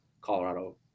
Colorado